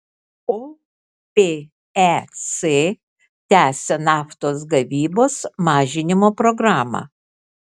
opec tęsia naftos gavybos mažinimo programą